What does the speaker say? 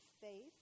faith